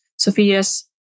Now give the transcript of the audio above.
Sophia's